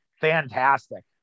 fantastic